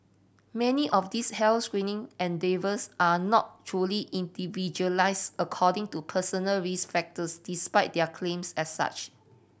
many of these health screening endeavours are not truly individualise according to personal risk factors despite their claims as such